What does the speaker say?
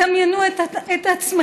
דמיינו את עצמכם